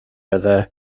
other